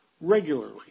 regularly